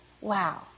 Wow